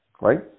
right